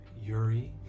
Yuri